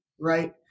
right